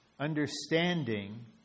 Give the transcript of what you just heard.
Understanding